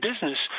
business